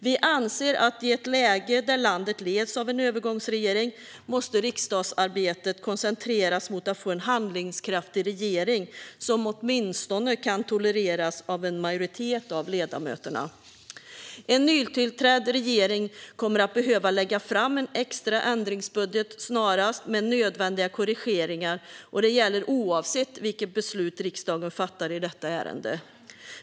Vi anser att i ett läge där landet leds av en övergångsregering måste riksdagsarbetet koncentreras till att få en handlingskraftig regering som åtminstone kan tolereras av en majoritet av ledamöterna. En nytillträdd regering kommer att behöva lägga fram en extra ändringsbudget snarast med nödvändiga korrigeringar, och det gäller oavsett vilket beslut riksdagen fattar i detta ärende.